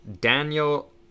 Daniel